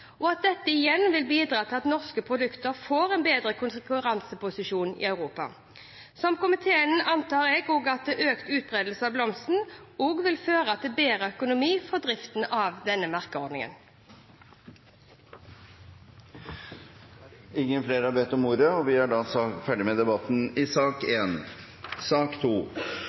og at dette igjen vil bidra til at norske produkter får en bedre konkurranseposisjon i Europa. Som komiteen antar jeg at økt utbredelse av Blomsten også vil føre til bedre økonomi til driften av denne merkeordningen. Flere har ikke bedt om ordet